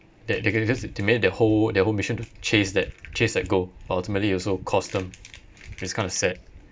that they can just make it their whole their whole mission to chase that chase that goal but ultimately also cost them is kind of sad